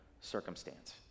circumstance